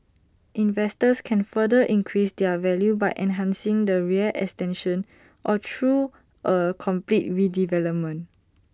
investors can further increase their value by enhancing the rear extension or through A complete redevelopment